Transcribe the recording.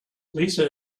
lisa